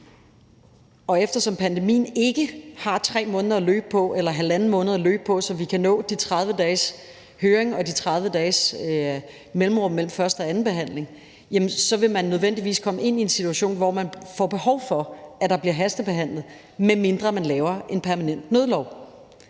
Og eftersom pandemien ikke har 3 måneder eller halvanden måned at løbe på, så vi kan nå de 30 dages høring og de 30 dages mellemrum mellem første- og andenbehandlingen, så vil man nødvendigvis komme ind i en situation, hvor man får behov for, at der bliver hastebehandlet, medmindre man laver en permanent nødlov